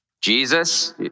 Jesus